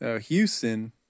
Houston